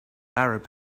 arab